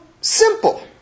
simple